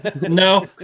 No